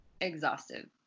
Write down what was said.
exhaustive